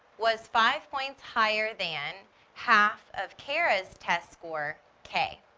was five points higher than half of kara's test score k.